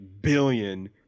billion